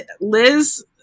Liz